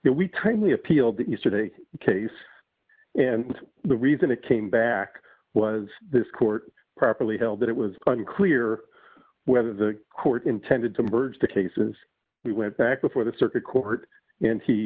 we timely appealed to yesterday the case and the reason it came back was this court properly held that it was unclear whether the court intended to merge the cases we went back before the circuit court and he